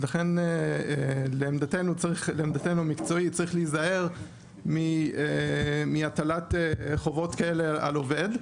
לכן לעמדתנו המקצועית צריך להיזהר מהטלת חובות כאלו על עובד.